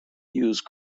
use